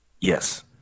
Yes